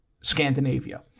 Scandinavia